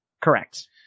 Correct